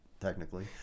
Technically